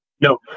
no